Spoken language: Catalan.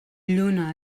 lluna